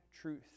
truth